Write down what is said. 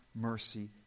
mercy